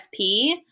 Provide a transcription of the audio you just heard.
FP